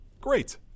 Great